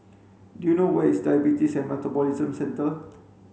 do you know where is Diabetes and Metabolism Centre